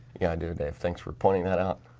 yeah, i do dave. thanks for pointing that out.